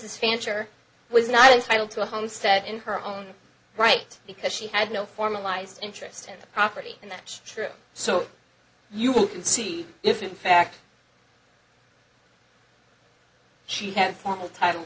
is fancher was not entitled to a homestead in her own right because she had no formalized interest in the property and that's true so you can see if in fact she had a formal title